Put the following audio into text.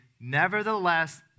nevertheless